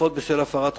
(תרופות בשל הפרת חוזה),